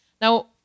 Now